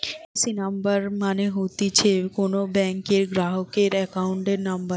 AC number মানে হতিছে কোন ব্যাংকের গ্রাহকের একাউন্ট নম্বর